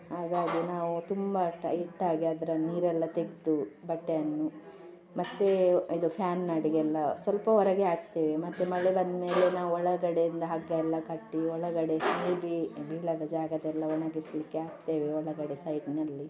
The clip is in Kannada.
ಹಾಗಾಗಿ ನಾವು ತುಂಬ ಟೈಟ್ ಆಗಿ ಅದರ ನೀರೆಲ್ಲ ತೆಗೆದು ಬಟ್ಟೆಯನ್ನು ಮತ್ತೇ ಇದು ಫ್ಯಾನ್ ಅಡಿಗೆಲ್ಲ ಸ್ವಲ್ಪ ಹೊರಗೆ ಹಾಕ್ತೇವೆ ಮತ್ತೆ ಮಳೆ ಬಂದಮೇಲೆ ನಾವು ಒಳಗಡೆ ಇಂದ ಹಗ್ಗ ಎಲ್ಲ ಕಟ್ಟಿ ಒಳಗಡೆ ನೀರು ಬೀಳದ ಜಾಗದಲ್ಲಿ ಒಣಗಿಸಲಿಕ್ಕೆ ಹಾಕ್ತೇವೆ ಒಳಗಡೆ ಸೈಡಿನಲ್ಲಿ